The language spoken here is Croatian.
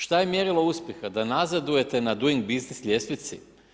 Šta je mjerilo uspjeha, da nazadujete na doing biznis ljestvici?